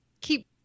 keep